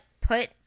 put